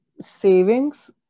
savings